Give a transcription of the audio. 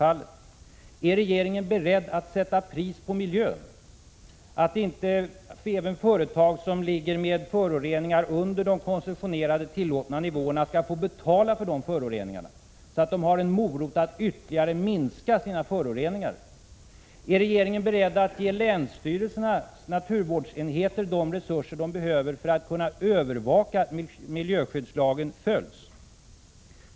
Är regeringen beredd att sätta pris på miljön, innebärande att även företag som släpper ut föroreningar under de koncessionerade — tillåtna — nivåerna skall få betala för de föroreningarna, så att de har en morot för att ytterligare minska sina föroreningar? Är regeringen beredd att ge länsstyrelsernas naturvårdsenheter de resurser de behöver för att kunna övervaka att miljöskyddslagen följs?